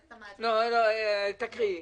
תקראי.